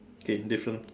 okay different